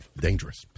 Dangerous